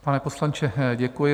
Pane poslanče, děkuji.